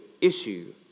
issue